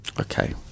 okay